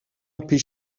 پیش